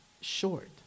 short